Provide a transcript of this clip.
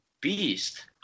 beast